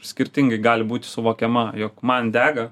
skirtingai gali būti suvokiama jog man dega